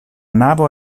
navo